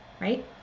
right